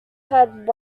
had